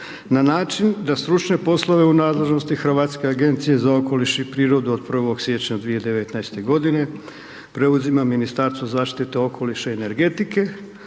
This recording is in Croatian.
na način da stručne poslove u nadležnosti Hrvatske agencije za okoliš i prirodu od 1. siječnja 2019. preuzima Ministarstvo zaštite okoliša i energetike